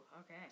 Okay